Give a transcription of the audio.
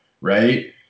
right